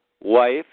wife